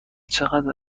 چقدر